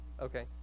Okay